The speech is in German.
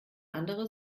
andere